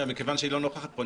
מכיוון שהיא לא נוכחת פה,